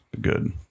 Good